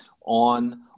on